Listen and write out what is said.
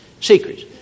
secrets